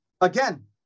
Again